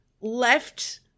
left